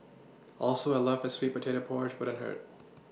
also a love for sweet potato porridge wouldn't hurt